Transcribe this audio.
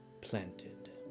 planted